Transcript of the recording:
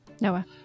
Noah